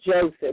Joseph